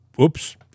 oops